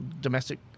domestic